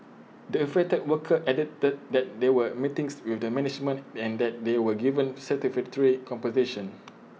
the affected worker added that that there were meetings with the management and that they were given satisfactory compensation